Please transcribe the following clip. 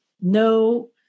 no